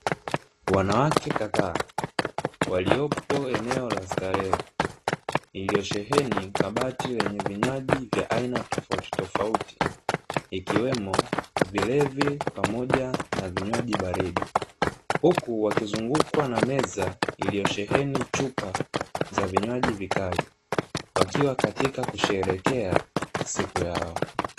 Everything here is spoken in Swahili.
Wanawake kadhaa waliopo eneo la starehe; iliyosheheni kabati lenye vinywaji vya aina tofautitofauti, ikiwemo vilevi pamoja na vinywaji baridi, huku wakizungukwa na meza iliyosheheni chupa za vinywaji vikali wakiwa katika kusheherekea siku yao.